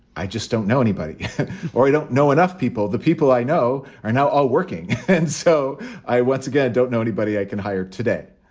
i just don't know anybody or i don't know enough people. the people i know are now working. and so i once again don't know anybody i can hire today.